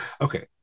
okay